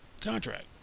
contract